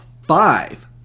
five